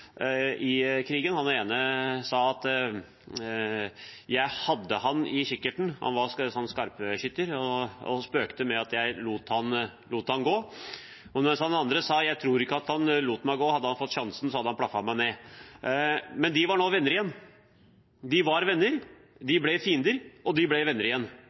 før krigen. De skjøt mot hverandre under krigen. Den ene sa: «Jeg hadde ham i kikkerten.» Han var skarpskytter og spøkte med at han lot ham gå. Den andre sa: «Jeg tror ikke han lot meg gå – hadde han fått sjansen, hadde han plaffa meg ned.» Men de var nå venner igjen. De var venner, de ble fiender, og de ble venner igjen.